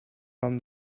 from